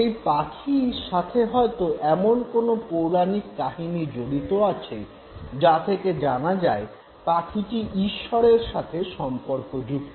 সেই পাখির সাথে হয়তো এমন কোনো পৌরাণিক কাহিনী জড়িত আছে যা থেকে জানা যায় পাখিটি ঈশ্বরের সাথে সম্পর্কযুক্ত